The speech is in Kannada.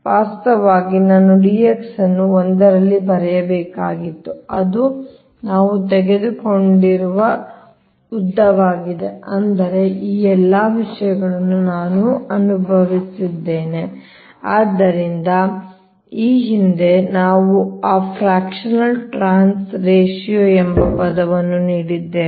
ವಾಸ್ತವವಾಗಿ ನಾನು d x ಅನ್ನು ಒಂದರಲ್ಲಿ ಬರೆಯಬೇಕಾಗಿತ್ತು ಅದು ನಾವು ತೆಗೆದುಕೊಂಡಿರುವ ಉದ್ದವಾಗಿದೆ ಆದರೆ ಈ ಎಲ್ಲಾ ವಿಷಯಗಳನ್ನು ನಾವು ಅನುಭವಿಸಿದ್ದೇವೆ ಆದ್ದರಿಂದ ಈ ಹಿಂದೆ ನಾವು ಆ ಫ್ರ್ಯಾಕ್ಷನಲ್ ಟ್ರಾನ್ಸ್ ರೇಶಿಯೋ ಎಂಬ ಪದವನ್ನು ನೀಡಿದ್ದೇವೆ